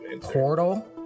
Portal